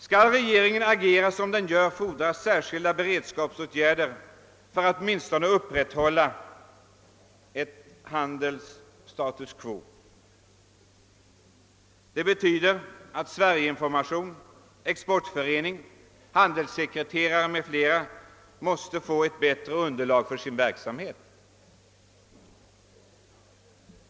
Om regeringen skall agera som den gör fordras särskilda beredskapsåtgärder för att åtminstone upprätthålla ett handelns status quo. Det betyder att Kollegiet för Sverige Information i Utlandet, Exportföreningen, handelssekreterare m.fl. måste få ett bättre underlag för sin verksamhet.